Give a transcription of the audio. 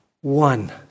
one